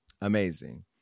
amazing